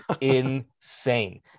insane